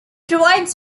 provides